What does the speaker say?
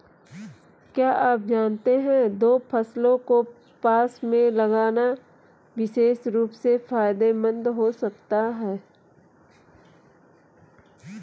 क्या आप जानते है दो फसलों को पास में लगाना विशेष रूप से फायदेमंद हो सकता है?